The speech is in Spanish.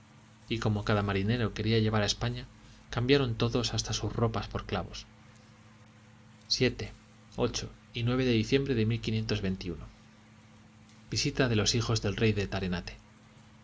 y como cada marinero quería llevar a españa cambiaron todos hasta sus ropas por clavos de diciembre de visita de los hijos del rey de tarenate